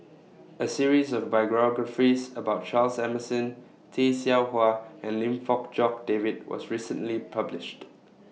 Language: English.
A series of biographies about Charles Emmerson Tay Seow Huah and Lim Fong Jock David was recently published